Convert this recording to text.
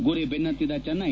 ಗುರಿ ಬೆನ್ನತ್ತಿದ ಚೆನ್ನೈ